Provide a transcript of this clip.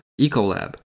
Ecolab